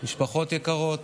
משפחות יקרות,